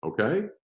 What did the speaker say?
okay